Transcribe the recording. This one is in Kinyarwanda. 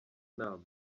nama